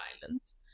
violence